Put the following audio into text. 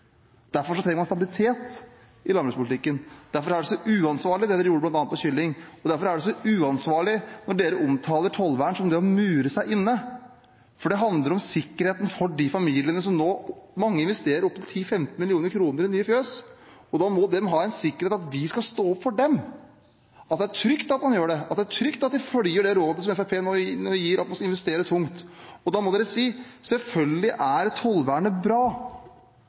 Derfor trenger man stabilitet i landbrukspolitikken. Derfor er det så uansvarlig det dere gjorde bl.a. for kylling. Derfor er det så uansvarlig når dere omtaler tollvern som det å mure seg inne. Det handler om sikkerheten for de familiene som nå investerer opptil 10–15 mill. kr i nye fjøs. Da må de ha en sikkerhet i at vi skal stå opp for dem, og at det er trygt at de følger rådet Fremskrittspartiet nå gir om at man skal investere tungt. Da må dere si: Selvfølgelig er tollvernet bra.